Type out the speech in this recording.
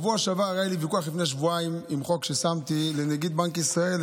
לפני שבועיים היה לי ויכוח על חוק ששמתי לנגיד בנק ישראל.